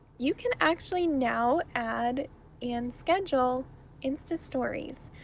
you can actually now add and schedule instastories.